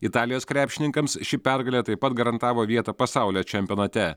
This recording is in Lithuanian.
italijos krepšininkams ši pergalė taip pat garantavo vietą pasaulio čempionate